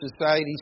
Society